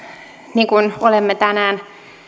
niin kuin olemme tänään